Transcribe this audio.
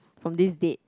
from this date